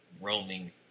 roaming